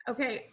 Okay